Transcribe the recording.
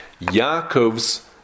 Yaakov's